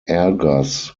argus